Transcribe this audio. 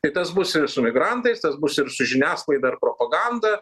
tai tas bus ir su migrantais tas bus ir su žiniasklaida ir propaganda